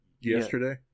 yesterday